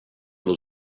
allo